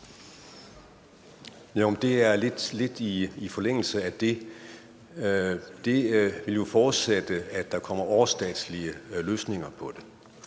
Det er lidt i forlængelse af det foregående. Det ville forudsætte, at der kom overstatslige løsninger på det.